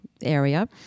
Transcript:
area